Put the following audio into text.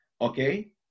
okay